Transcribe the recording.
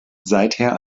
seither